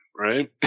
Right